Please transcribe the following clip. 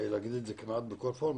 להגיד את זה כמעט בכל פורום,